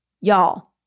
Y'all